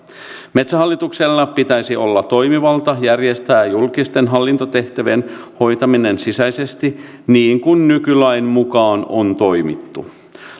metsähallituksella pitäisi olla toimivalta järjestää julkisten hallintotehtävien hoitaminen sisäisesti niin kuin nykylain mukaan on toimittu